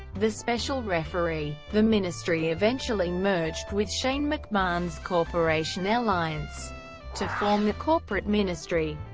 the special referee. the ministry eventually merged with shane mcmahon's corporation alliance to form the corporate ministry.